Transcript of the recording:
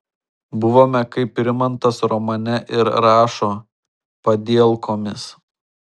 buvome kaip rimantas romane ir rašo padielkomis